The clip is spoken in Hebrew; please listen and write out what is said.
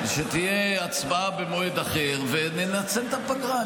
שתהיה הצבעה במועד אחר, וננצל את הפגרה.